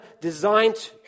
designed